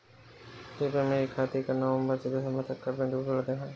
कृपया मेरे खाते का नवम्बर से दिसम्बर तक का बैंक विवरण दिखाएं?